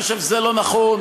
אני חושב שזה לא נכון,